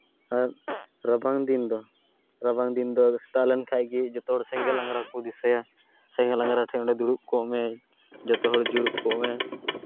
ᱟᱨ ᱨᱟᱵᱟᱝ ᱫᱤᱱ ᱫᱚ ᱨᱟᱵᱟᱝ ᱫᱤᱱ ᱫᱚ ᱥᱮᱛᱟᱜ ᱞᱮᱠᱷᱟᱱ ᱜᱮ ᱡᱚᱛᱚ ᱦᱚᱲ ᱥᱮᱸᱜᱮᱞ ᱟᱝᱨᱟ ᱠᱚ ᱫᱤᱥᱟᱹᱭᱟ ᱥᱮᱸᱜᱮᱞ ᱟᱝᱨᱟ ᱴᱷᱮᱱ ᱚᱸᱰᱮ ᱫᱩᱲᱩᱵ ᱠᱚᱜ ᱢᱮ ᱡᱚᱛᱚ ᱦᱚᱲ ᱡᱩᱨᱩᱜ ᱠᱚᱜ ᱢᱮ